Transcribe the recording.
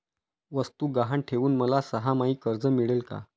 वस्तू गहाण ठेवून मला सहामाही कर्ज मिळेल का?